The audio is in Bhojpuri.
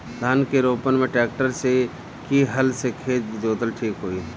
धान के रोपन मे ट्रेक्टर से की हल से खेत जोतल ठीक होई?